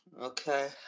Okay